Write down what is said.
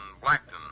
Blackton